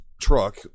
truck